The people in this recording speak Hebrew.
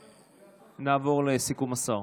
ונעבור לסיכום השר.